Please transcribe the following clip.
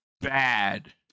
bad